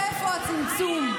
איפה הצמצום?